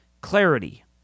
clarity